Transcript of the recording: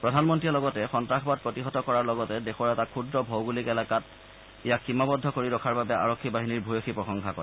প্ৰধানমন্ত্ৰীয়ে লগতে সন্নাসবাদ প্ৰতিহত কৰাৰ লগতে দেশৰ এটা ক্ষুদ্ৰ ভৌগোলিক এলেকাত ইয়াক সীমাবদ্ধ কৰি ৰখাৰ বাবে আৰক্ষী বাহিনীৰ ভয়সী প্ৰশংসা কৰে